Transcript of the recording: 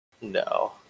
No